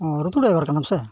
ᱦᱮᱸ ᱞᱩᱛᱩ ᱰᱟᱭᱵᱷᱟᱨ ᱠᱟᱱᱟᱢ ᱥᱮ